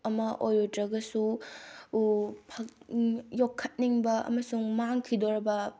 ꯑꯃ ꯑꯣꯏꯔꯨꯗ꯭ꯔꯒꯁꯨ ꯌꯣꯛꯈꯠꯅꯤꯡꯕ ꯑꯃꯁꯨꯡ ꯃꯥꯡꯈꯤꯗꯧꯔꯕ